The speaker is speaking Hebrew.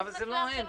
אבל זה לא הם.